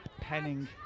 Penning